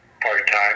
part-time